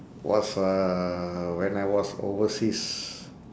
was uh when I was overseas